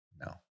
no